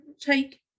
take